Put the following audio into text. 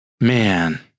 man